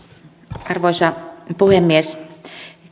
arvoisa puhemies